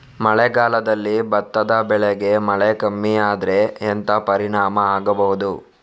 ಮಳೆಗಾಲದಲ್ಲಿ ಭತ್ತದ ಬೆಳೆಗೆ ಮಳೆ ಕಮ್ಮಿ ಆದ್ರೆ ಎಂತ ಪರಿಣಾಮ ಆಗಬಹುದು?